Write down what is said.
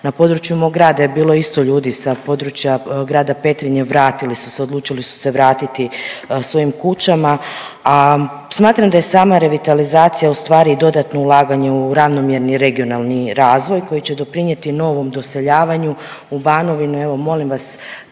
Na području mog grada je bilo isto ljudi sa područja Grada Petrinje, vratili su se, odlučili su se vratiti svojim kućama. A smatram da je sama revitalizacija ustvari dodatno ulaganje u ravnomjerni regionalni razvoj koji će doprinijeti novom doseljavanju u Banovinu.